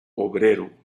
obrero